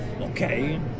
Okay